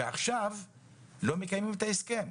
ועכשיו לא מקיימים את ההסכם.